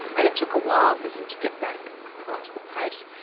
and it took a while for him to get back onto the pace.